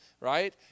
right